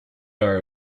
are